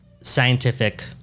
scientific